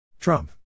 trump